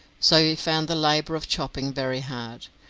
so he found the labour of chopping very hard.